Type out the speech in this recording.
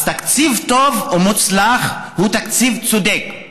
אז תקציב טוב ומוצלח הוא תקציב צודק,